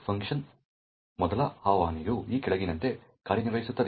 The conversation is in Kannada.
ಫಂಕ್ನ ಮೊದಲ ಆವಾಹನೆಯು ಈ ಕೆಳಗಿನಂತೆ ಕಾರ್ಯನಿರ್ವಹಿಸುತ್ತದೆ